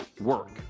work